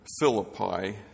Philippi